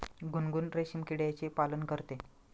गुनगुन रेशीम किड्याचे पालन करते